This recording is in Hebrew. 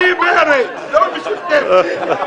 אני מרצ, לא משותפת.